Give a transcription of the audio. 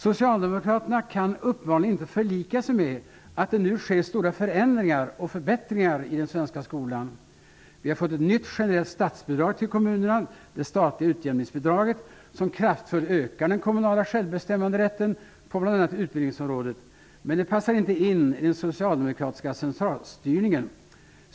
Socialdemokraterna kan uppenbarligen inte förlika sig med att det nu sker stora förändringar och förbättringar i den svenska skolan. Vi har fått ett nytt generellt statsbidrag till kommunerna, det statliga utjämningsbidraget, som kraftfullt ökar den kommunala självbestämmanderätten på bl.a. utbildningsområdet. Men det passar inte in i den socialdemokratiska centralstyrningen.